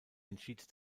entschied